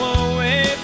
away